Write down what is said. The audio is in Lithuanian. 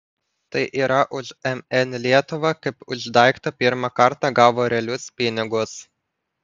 tai yra už mn lietuva kaip už daiktą pirmą kartą gavo realius pinigus